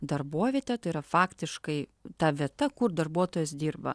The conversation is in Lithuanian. darbovietė tai yra faktiškai ta vieta kur darbuotojas dirba